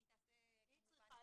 והיא תעשה,